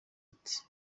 ati